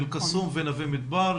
באל קסום ונווה מדבר,